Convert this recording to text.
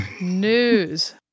News